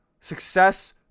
success